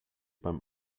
beim